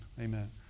amen